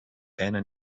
pena